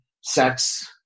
sex